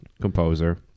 composer